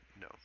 No